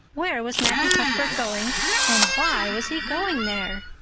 where was matthew cuthbert going and why was he going there?